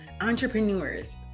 entrepreneurs